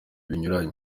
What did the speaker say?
binyuranye